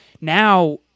Now